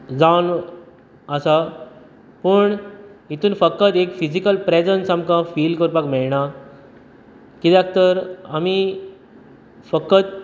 जावन आसा पूण हितून फक्त एक फिजिकल प्रेजन्स आमकां फील करपाक मेळना कित्याक तर आमी फकत